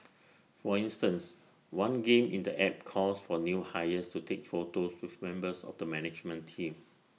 for instance one game in the app calls for new hires to take photos with members of the management team